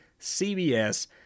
CBS